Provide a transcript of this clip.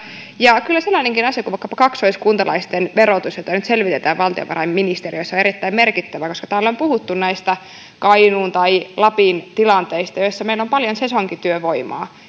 ja kyllä sellainenkin asia kuin vaikkapa kaksoiskuntalaisten verotus jota nyt selvitetään valtiovarainministeriössä on erittäin merkittävä koska täällä on puhuttu näistä kainuun tai lapin tilanteista joissa meillä on paljon sesonkityövoimaa